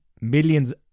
millions